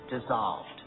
dissolved